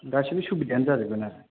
गासिबो सुबिदायानो जाजोबगोन ना